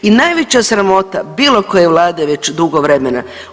I najveća sramota bilo koje vlade već dugo vremena.